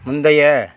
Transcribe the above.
முந்தைய